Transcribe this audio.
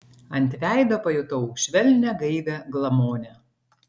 ant veido pajutau švelnią gaivią glamonę